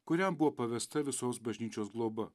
kuriam buvo pavesta visos bažnyčios globa